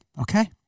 okay